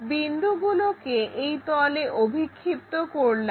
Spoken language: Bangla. বিন্দুগুলোকে এই তলে অভিক্ষিপ্ত করলাম